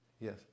yes